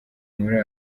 muri